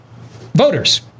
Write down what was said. Voters